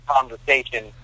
conversation